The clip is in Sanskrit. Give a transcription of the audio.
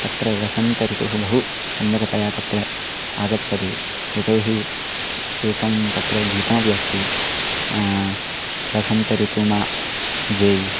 तत्र वसन्तर्तुः बहु सम्यकतया तत्र आगच्छति यतो हि एकं तत्र गीतमपि अस्ति वसन्तर्तुः मा जेयि